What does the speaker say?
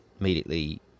immediately